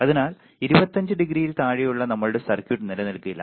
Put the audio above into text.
അതിനാൽ 25 ഡിഗ്രിയിൽ താഴെയുള്ള നമ്മളുടെ സർക്യൂട്ട് നിലനിൽക്കില്ല